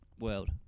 world